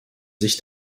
sich